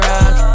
Rock